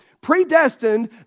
Predestined